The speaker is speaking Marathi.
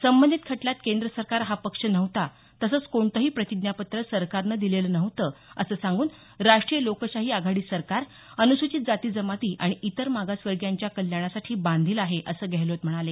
संबंधीत खटल्यात केंद्र सरकार हा पक्ष नव्हता तसंच कोणतेही प्रतिज्ञापत्र सरकारनं दिलेलं नव्हतं असं सांगून राष्ट्रीय लोकशाही आघाडी सरकार अनुसूचित जाती जमाती आणि इतर मागासवर्गियांच्या कल्याणासाठी बांधील आहे असं गेहलोत म्हणाले